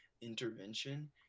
intervention